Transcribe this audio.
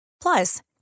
Plus